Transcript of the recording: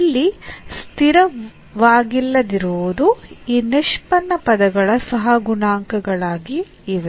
ಇಲ್ಲಿ ಸ್ಥಿರವಾಗಿಲ್ಲದಿರುವುದು ಈ ನಿಷ್ಪನ್ನ ಪದಗಳ ಸಹಗುಣಾಂಕಗಳಾಗಿ ಇವೆ